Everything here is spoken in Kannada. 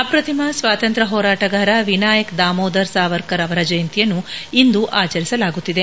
ಅಪ್ರತಿಮ ಸ್ವಾತಂತ್ರ್ ಹೋರಾಟಗಾರ ವಿನಾಯಕ್ ದಾಮೋದರ್ ಸಾವರ್ಕರ್ ಅವರ ಜಯಂತಿಯನ್ನು ಇಂದು ಆಚರಿಸಲಾಗುತ್ತಿದೆ